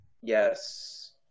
Yes